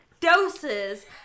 doses